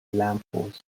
lamppost